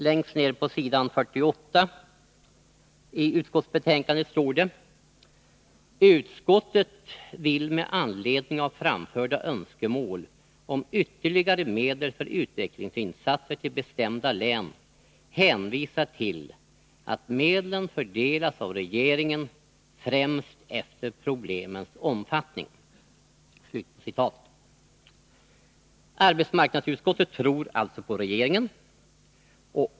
Längst ned på s. 48 i utskottsbetänkandet står det: ”Utskottet vill med anledning av framförda önskemål om ytterligare medel för utvecklingsinsatser till bestämda län hänvisa till att medlen fördelas av regeringen främst efter problemens omfattning.” Arbetsmarknadsutskottet tror alltså på regeringen.